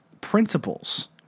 principles